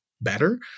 better